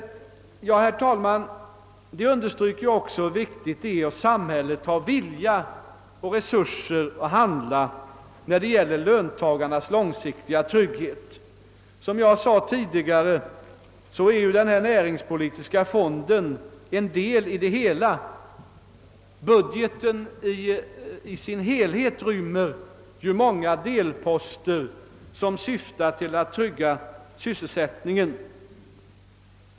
Det understryker också hur viktigt det är att samhället har vilja och resurser att handla när det gäller löntagarnas långsiktiga trygghet. Som jag sade tidigare är denna näringspolitiska fond en del i det hela. Budgeten i sin helhet rymmer ju många delposter som syftar till att trygga sysselsättningen.